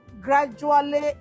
gradually